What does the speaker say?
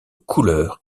couleur